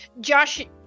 Josh